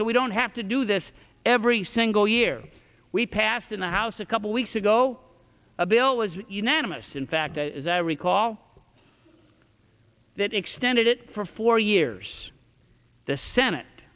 so we don't have to do this every single year we passed in the house a couple weeks ago a bill was unanimous in fact as i recall that extended it for four years the senate